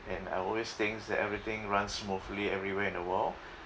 and I always thinks that everything runs smoothly everywhere in the world